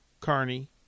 carney